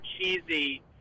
cheesy